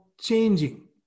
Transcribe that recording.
changing